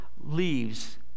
leaves